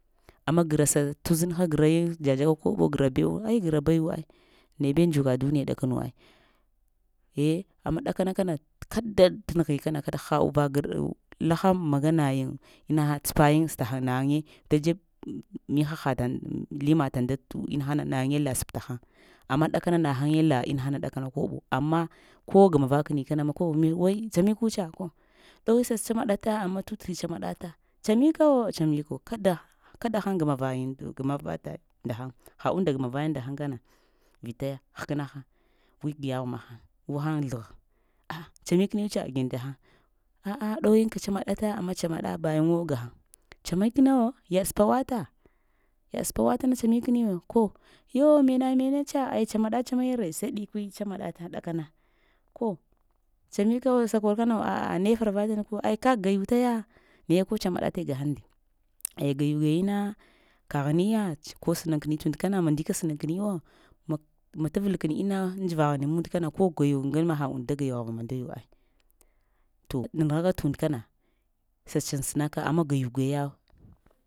Amma gra sə tuzinha graye dzadzaka kob gra bewo ai gra bayu ai, naye be dzuka duniya ɗakanu ai, ye amma ɗakana kara kada tə nəghi kana kaɗa ha uva-gra laha maga nayiŋ inaha tsəpayin təhəŋ na nayiŋe da dzeb mihaha tən li mataŋ dat inaha nayiye la səptahən, amma ɗakana nahaye la inaha dakana koɓo amma ko gamava kəni kana wai tsamiku tsa, ko ɗowi sə tsamaɗata amma tutri tsamaɗata, tsamikawo tsamiku kadah kadahəŋ gamavayiy, gamavataɗ nda həy, ha unnda gamavayiŋ nda həŋ kana, vitaya həkna həŋ gui gə yaghw nahay guhəy zləgh, a'a tsami kəniw tsa nda həy a'a ɗowyiŋ kə tsamaɗata amma tsamaɗa bayuŋuwo gahəŋ tsanik'niwo? Yaɗ səpawata, yaɗ səpawata na tsamikniwo? Ko yo mena-mene tsa ayya tsamaɗa-tsamayiŋ ree sai ɗikwi tsamaɗata ɗakana ko tsamikawo səkur kənawo? A'a ne faravatana? Ayya kək gayutaya naye kol tsamaɗatayiy gahəŋ ndi ayya gayu-gayina, kəghiniya ko sənaŋ kəni und kana madika sənay kəni wo, ma-ma təval kəni inna dzəvaghni mund kana ko gayuk ŋgane maha und da gwayaghva mandayu ai, to nanəhaka tunda kana sa sənsənaka amma gayu-gaya